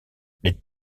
les